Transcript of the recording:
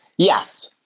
yes,